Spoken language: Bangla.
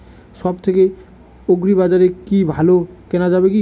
সব থেকে আগ্রিবাজারে কি ভালো কেনা যাবে কি?